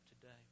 today